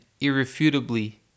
irrefutably